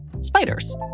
spiders